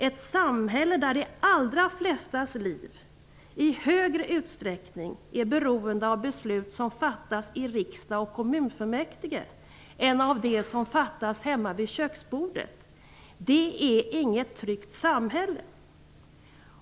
Ett samhälle där de allra flestas liv i högre utsträckning är beroende av beslut som fattas i riksdag och kommunfullmäktige än av de beslut som fattas hemma vid köksbordet är inget tryggt samhälle.